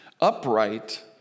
upright